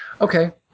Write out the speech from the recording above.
okay